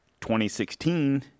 2016